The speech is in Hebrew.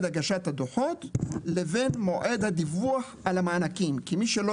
הגשת הדוחות לבין מועד הדיווח על המענקים כי מי שלא